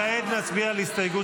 כעת נצביע על הסתייגות